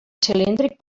cilíndric